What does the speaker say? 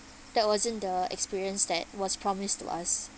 that wasn't the experience that was promised to us